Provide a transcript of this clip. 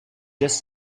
just